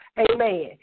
Amen